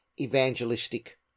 evangelistic